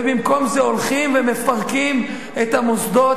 ובמקום זה הולכים ומפרקים את המוסדות,